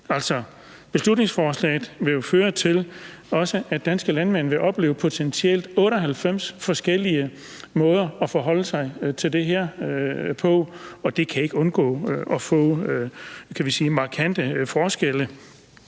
Altså, beslutningsforslaget vil jo føre til, at danske landmænd potentielt vil opleve 98 forskellige måder at forholde sig til det her på, og det kan ikke undgå at betyde, kan vi sige,